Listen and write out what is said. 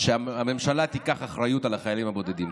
שהממשלה תיקח אחריות על החיילים הבודדים.